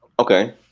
Okay